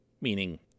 meaning